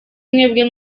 mwebwe